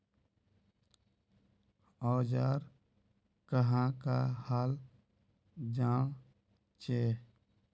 औजार कहाँ का हाल जांचें?